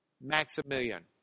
Maximilian